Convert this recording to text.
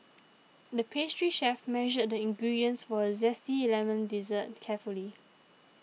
the pastry chef measured the ingredients for a Zesty Lemon Dessert carefully